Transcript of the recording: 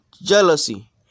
jealousy